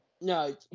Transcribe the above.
No